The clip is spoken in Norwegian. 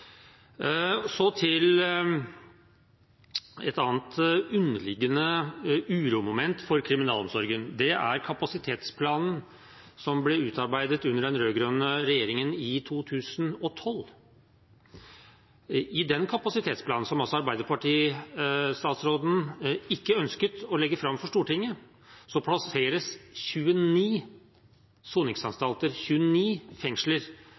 Så til et annet underliggende uromoment for kriminalomsorgen. Det er kapasitetsplanen, som ble utarbeidet under den rød-grønne regjeringen i 2012. I den kapasitetsplanen, som arbeiderpartistatsråden altså ikke ønsket å legge fram for Stortinget, ble 29 soningsanstalter – 29 fengsler